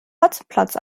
hotzenplotz